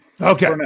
Okay